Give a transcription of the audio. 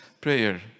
prayer